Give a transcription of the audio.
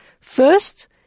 First